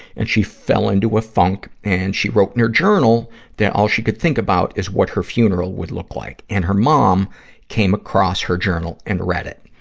and she fell into a funk and she wrote in her journal that all she could about is what her funeral would look like. and her mom came across her journal and read it.